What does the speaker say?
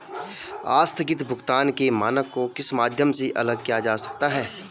आस्थगित भुगतान के मानक को किस माध्यम से अलग किया जा सकता है?